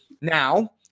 Now